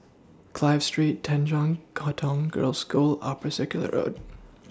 Clive Street Tanjong Katong Girls' School Upper Circular Road